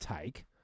take